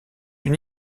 une